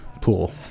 pool